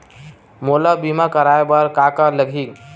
मोला बीमा कराये बर का का लगही?